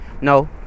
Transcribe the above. no